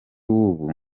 w’ubu